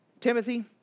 Timothy